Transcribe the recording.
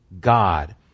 God